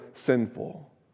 sinful